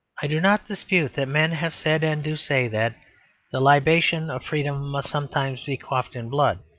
i do not dispute that men have said and do say that the libation of freedom must sometimes be quaffed in blood,